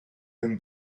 and